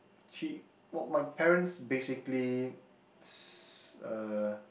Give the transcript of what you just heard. she well my parents basically s~ uh